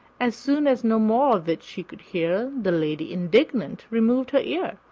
as soon as no more of it she could hear the lady, indignant, removed her ear.